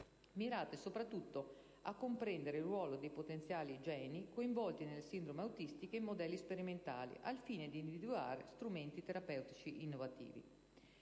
mirate soprattutto a comprendere il ruolo di potenziali geni coinvolti nelle sindromi autistiche in modelli sperimentali, al fine di individuare strumenti terapeutici innovativi.